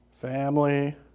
Family